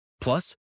Plus